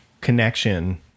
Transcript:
connection